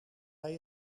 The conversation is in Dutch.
hij